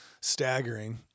staggering